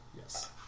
Yes